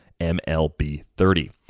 MLB30